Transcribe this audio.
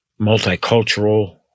multicultural